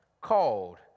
Called